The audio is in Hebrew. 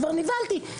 בהתחלה נבהלתי,